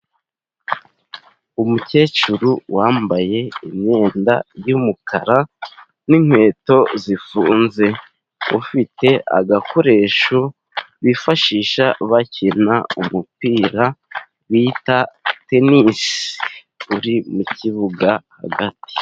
Umukecuru wambaye imyenda y'umukara n'inkweto zifunze, ufite agakoresho bifashisha bakina umupira bita tenisi, uri mu kibuga hagati.